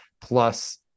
Plus